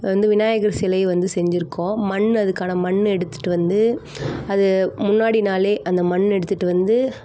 வந்து விநாயகர் சிலை வந்து செஞ்சுருக்கோம் மண் அதுக்கான மண் எடுத்துகிட்டு வந்து அது முன்னாடி நாளே அந்த மண் எடுத்துகிட்டு வந்து